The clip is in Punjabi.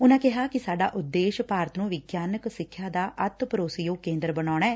ਉਨਾ ਕਿਹਾ ਕਿ ਸਾਡਾ ਉਦੇਸ਼ ਭਾਰਤ ਨੂੰ ਵਿਗਿਆਨਕ ਸਿੱਖਿਆ ਦਾ ਅਤ ਭਰੋਸੇਯੋਗ ਕੇਂਦਰ ਬਣਾਉਣਾ ਐ